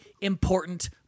important